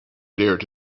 dared